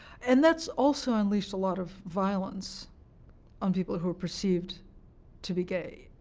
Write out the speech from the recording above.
and that's also unleashed a lot of violence on people who are perceived to be gay.